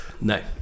no